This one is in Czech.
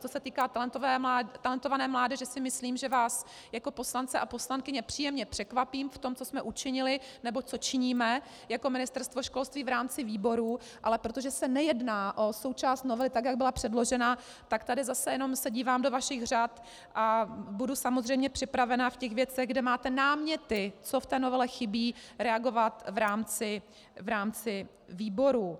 Co se týká talentované mládeže, si myslím, že vás jako poslance a poslankyně příjemně překvapím v tom, co jsme učinili nebo co činíme jako Ministerstvo školství, v rámci výborů, ale protože se nejedná o součást novely, jak byla předložena, tak se jenom dívám do vašich řad a budu samozřejmě připravena ve věcech, kde máte náměty, co v novele chybí, reagovat v rámci výborů.